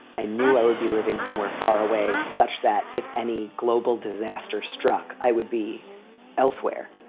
i knew i would be living somewhere far away, such that if any global disaster struck, i would be elsewhere.